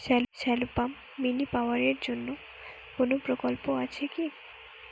Shallow pump mini power জন্য কোনো প্রকল্প আছে কি?